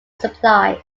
supplies